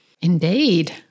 Indeed